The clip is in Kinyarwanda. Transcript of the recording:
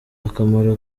akamaro